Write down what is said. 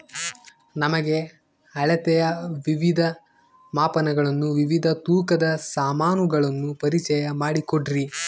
ನಮಗೆ ಅಳತೆಯ ವಿವಿಧ ಮಾಪನಗಳನ್ನು ವಿವಿಧ ತೂಕದ ಸಾಮಾನುಗಳನ್ನು ಪರಿಚಯ ಮಾಡಿಕೊಡ್ರಿ?